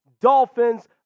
dolphins